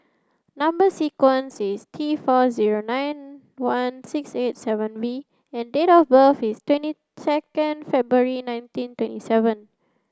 number sequence is T four zero nine one six eight seven V and date of birth is twenty second February nineteen twenty seven